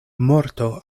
morto